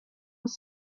was